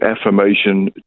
affirmation